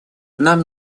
нам